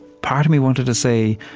part of me wanted to say,